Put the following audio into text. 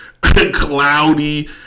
cloudy